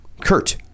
Kurt